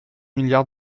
milliards